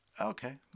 Okay